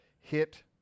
hit